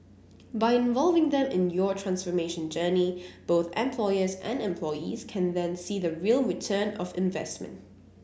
by involving them in your transformation journey both employers and employees can then see the real return of investment